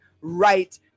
right